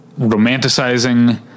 romanticizing